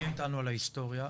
--- איתנו על ההיסטוריה,